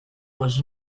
was